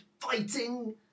fighting